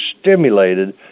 stimulated